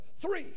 three